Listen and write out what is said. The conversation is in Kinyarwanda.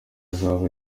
azaba